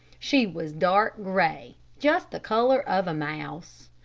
she was dark gray just the color of a mouse.